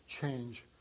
change